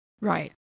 Right